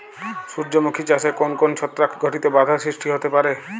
সূর্যমুখী চাষে কোন কোন ছত্রাক ঘটিত বাধা সৃষ্টি হতে পারে?